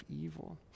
evil